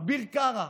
אביר קרא,